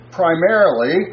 primarily